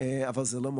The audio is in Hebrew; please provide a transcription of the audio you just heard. איזו קבוצה?